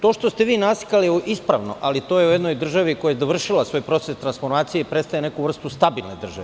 To što ste vi rekli je ispravno, ali to je u jednoj državi koja je dovršila svoj proces transformacije i predstavlja neku vrstu stabilne države.